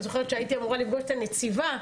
הייתי אמורה לפגוש את הנציבה,